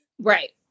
Right